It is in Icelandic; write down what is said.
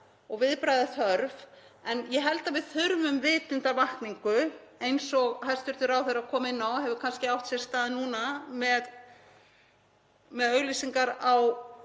og viðbragða er þörf en ég held að við þurfum vitundarvakningu eins og hæstv. ráðherra kom inn á og hefur kannski átt sér stað núna með auglýsingar á